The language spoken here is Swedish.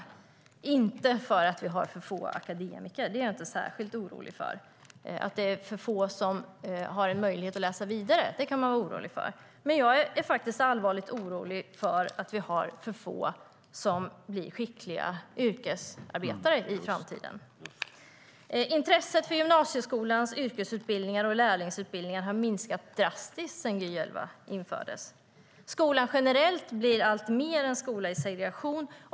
Det är inte därför att vi har för få akademiker, för det är jag inte särskilt orolig för. Att det är för få som har möjlighet att läsa vidare kan man vara orolig för. Jag är faktiskt allvarligt orolig för att vi har för få som blir skickliga yrkesarbetare i framtiden. Intresset för gymnasieskolans yrkesutbildningar och lärlingsutbildningar har minskat drastiskt sedan Gy 2011 infördes. Skolan generellt blir alltmer en skola i segregation.